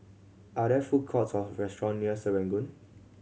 are there food courts or restaurant near Serangoon